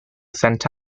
sent